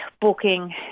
booking